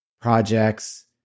projects